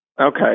Okay